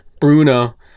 Bruno